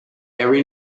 every